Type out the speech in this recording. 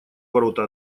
ворота